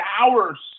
hours